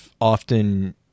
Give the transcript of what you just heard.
often